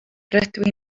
rydw